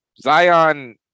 Zion